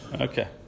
Okay